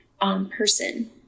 person